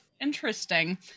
Interesting